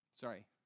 Sorry